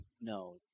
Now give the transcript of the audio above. No